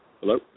Hello